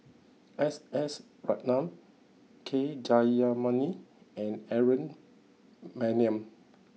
S S Ratnam K Jayamani and Aaron Maniam